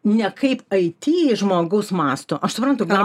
ne kaip aity žmogus mąsto aš suprantu gal